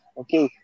okay